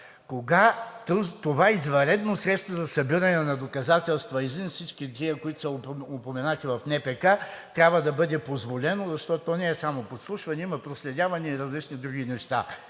кога това извънредно средство за събиране на доказателства – извън всичките тези, които са упоменати в НПК, трябва да бъде позволено, защото то не е само подслушване – има проследявания и различни други неща.